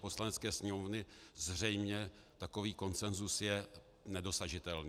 Poslanecké sněmovny zřejmě takový konsenzus je nedosažitelný.